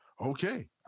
okay